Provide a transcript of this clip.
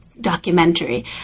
documentary